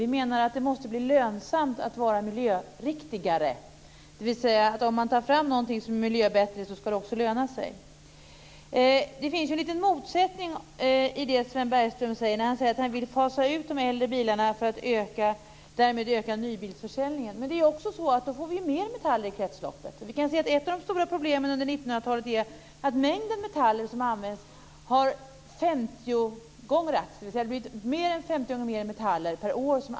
Vi menar att det måste bli lönsamt att vara miljöriktigare, dvs. att om man tar fram något som är miljöriktigt ska det också löna sig. Det finns en liten motsättning i det som Sven Bergström säger om att han vill fasa ut de äldre bilarna för att därmed öka nybilsförsäljningen. Men då blir det ju mer metaller i kretsloppet. Ett av de stora problemen under 1900-talet är att det från år 1900 fram till nu används 50 gånger mer metaller per år.